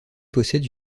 possède